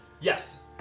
yes